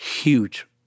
huge